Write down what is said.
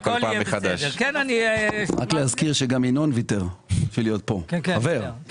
גם להזכיר שגם ינון ויתר כדי להיות פה, חבר.